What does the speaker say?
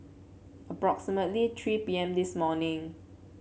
approximately three P M this morning